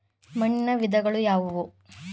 ಮಣ್ಣಿನ ವಿಧಗಳು ಯಾವುವು?